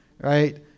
right